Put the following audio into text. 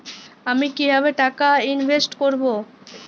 আমি কিভাবে টাকা ইনভেস্ট করব?